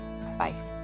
Bye